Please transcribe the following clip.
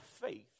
faith